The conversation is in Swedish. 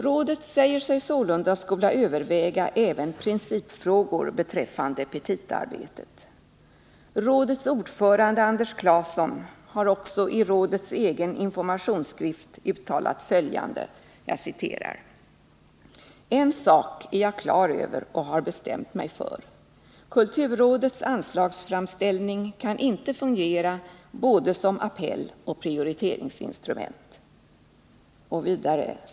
Rådet säger sig sålunda skola överväga även principfrågor beträffande petitaarbetet. Rådets ordförande Anders Clason har också i rådets egen informationsskrift uttalat följande: ”En sak är jag klar över och har bestämt mig för: kulturrådets anslagsframställning kan inte fungera både som appell och prioriteringsinstrument.